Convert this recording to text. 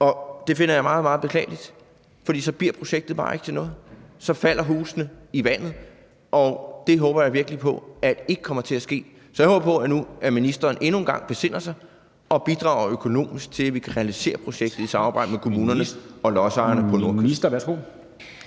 Og det finder jeg meget, meget beklageligt, for så bliver projektet bare ikke til noget – så falder husene i vandet. Og det håber jeg virkelig ikke kommer til at ske. Så jeg håber på, at ministeren endnu en gang besinder sig og bidrager økonomisk til, at vi kan realisere projektet i samarbejde med kommunerne og lodsejerne på nordkysten.